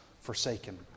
forsaken